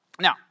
Now